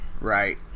Right